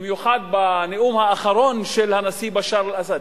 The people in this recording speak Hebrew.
במיוחד בנאום האחרון של הנשיא בשאר אל-אסד,